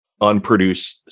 unproduced